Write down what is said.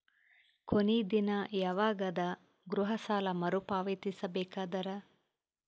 ಕೊನಿ ದಿನ ಯವಾಗ ಅದ ಗೃಹ ಸಾಲ ಮರು ಪಾವತಿಸಬೇಕಾದರ?